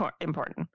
important